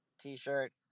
t-shirt